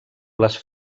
les